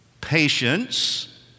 Patience